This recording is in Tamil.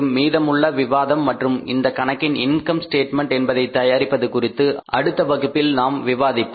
மீதமுள்ள விவாதம் மற்றும் இந்தக் கணக்கின் இன்கம்பெடெண்ட் என்பதை தயாரிப்பது குறித்து அடுத்த வகுப்பில் நாம் விவாதிப்போம்